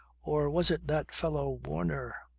or was it that fellow warner.